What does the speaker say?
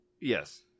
Yes